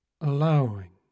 allowing